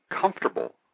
comfortable